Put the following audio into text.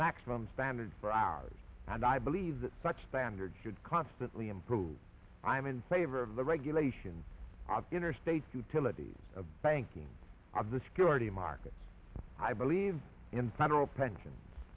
maximum standards for hours and i believe that such standards should constantly improve i am in favor of the regulation of interstate futilities a banking of the security market i believe in federal pension